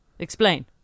Explain